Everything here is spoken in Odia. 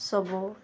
ସବୁ